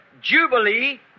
Jubilee